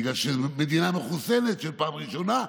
בגלל שהמדינה מחוסנת פעם ראשונה,